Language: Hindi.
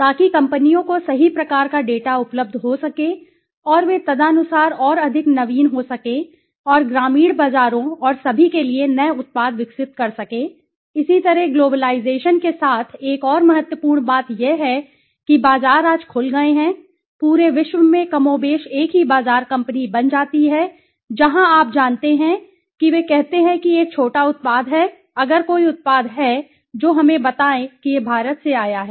ताकि कंपनियों को सही प्रकार का डेटा उपलब्ध हो सके और वे तदनुसार और अधिक नवीन हो सकें और ग्रामीण बाजारों और सभी के लिए नए उत्पाद विकसित कर सकें इसी तरह ग्लोबलाइजेशन के साथ एक और महत्वपूर्ण बात यह है कि बाजार आज खुल गए हैं पूरे विश्व में कमोबेश एक ही बाज़ार कंपनी बन जाती है जहाँ आप जानते हैं कि वे कहते हैं कि एक छोटा उत्पाद है अगर कोई उत्पाद है जो हमें बताए कि यह भारत से आया है